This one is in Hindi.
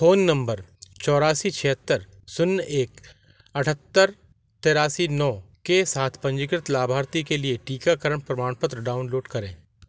फ़ोन नम्बर आठ चार सात छः शून्य एक सात आठ आठ तीन नौ के साथ पंजीकृत लाभार्थी के लिए टीकाकरण प्रमाणपत्र डाउनलोड करें